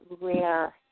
rare